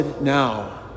now